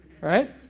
right